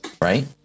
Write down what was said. right